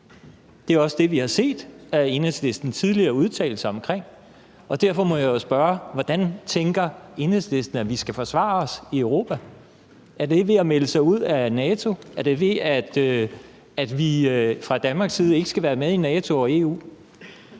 Det er også det, vi har set at Enhedslisten tidligere har udtalt sig omkring. Og derfor må jeg jo spørge: Hvordan tænker Enhedslisten at vi skal forsvare os i Europa? Er det ved at melde sig ud af NATO? Er det, ved at vi fra Danmarks side ikke skal være med i NATO og i EU?